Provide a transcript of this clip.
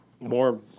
more